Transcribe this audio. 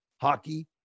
hockey